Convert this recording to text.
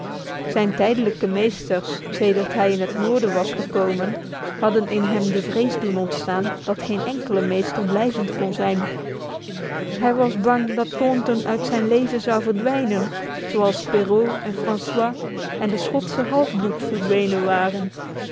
zijn tijdelijke meesters sedert hij in het noorden was gekomen hadden in hem de vrees doen ontstaan dat geen enkele meester blijvend kon zijn hij was bang dat thornton uit zijn leven zou verdwijnen zoals perrault en francois en de schotse halfbloed verdwenen waren